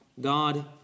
God